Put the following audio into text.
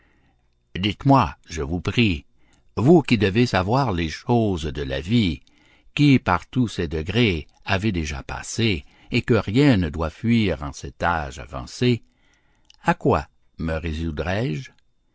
dites-moi je vous prie vous qui devez savoir les choses de la vie qui par tous ses degrés avez déjà passé et que rien ne doit fuir en cet âge avancé à quoi me résoudrai-je